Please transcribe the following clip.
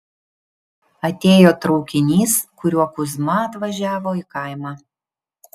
atėjo traukinys kuriuo kuzma atvažiavo į kaimą